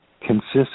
consists